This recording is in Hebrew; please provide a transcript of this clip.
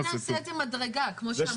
בואו נעשה את זה מדרגה, כמו שאמרתי.